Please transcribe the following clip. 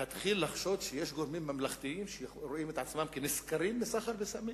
להתחיל לחשוד שיש גורמים ממלכתיים שרואים את עצמם כנשכרים מסחר בסמים?